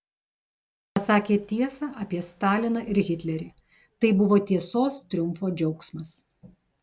pasakė tiesą apie staliną ir hitlerį tai buvo tiesos triumfo džiaugsmas